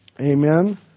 Amen